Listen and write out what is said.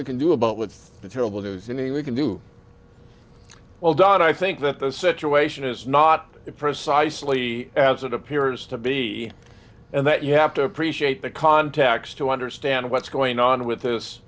we can do about what the terrible news and we can do well don i think that the situation is not precisely as it appears to be and that you have to appreciate the context to understand what's going on with this